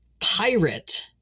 pirate